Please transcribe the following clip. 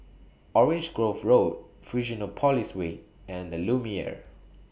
Orange Grove Road Fusionopolis Way and The Lumiere